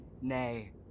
Nay